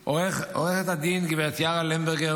עו"ד גב' יערה למברגר,